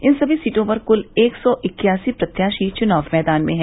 इन सभी सीटों पर कुल एक सौ इक्यासी प्रत्याशी चुनाव मैदान में हैं